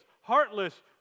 heartless